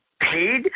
paid